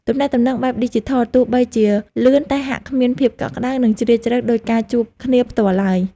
ទំនាក់ទំនងបែបឌីជីថលទោះបីជាលឿនតែហាក់គ្មានភាពកក់ក្តៅ និងជ្រាលជ្រៅដូចការជួបគ្នាផ្ទាល់ឡើយ។